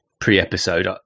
pre-episode